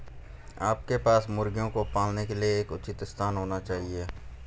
आपके पास मुर्गियों को पालने के लिए एक उचित स्थान होना चाहिए